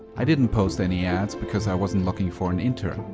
i didn't post any ads because i wasn't looking for an intern,